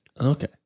Okay